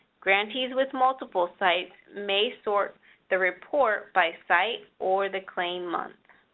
grantees with multiple sites, may sort the report by site or the claim month.